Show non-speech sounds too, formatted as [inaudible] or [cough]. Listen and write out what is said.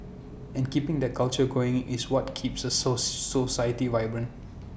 [noise] and keeping that culture going is what keeps A so society vibrant